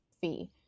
fee